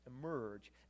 emerge